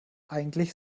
eigentlich